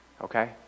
okay